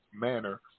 manner